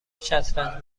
شطرنج